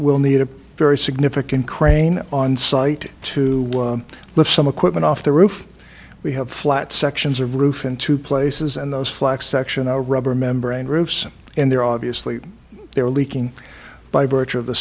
we'll need a very significant crane on site to lift some equipment off the roof we have flat sections of roof in two places and those flex section are rubber membrane roofs and they're obviously they're leaking by virtue of the